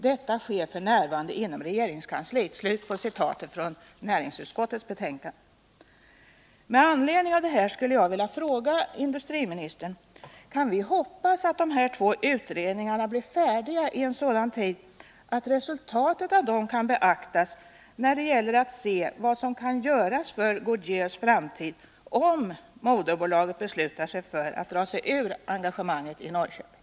Detta sker för närvarande inom regeringskansliet.” diga vid en sådan tidpunkt att resultatet av dem kan beaktas när det gäller att se vad som kan göras för Goodyears framtid, om moderbolaget beslutar sig för att dra sig ur engagemanget i Norrköping?